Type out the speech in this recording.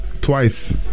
Twice